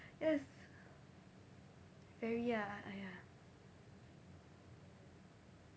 yes very ya !aiya!